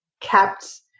kept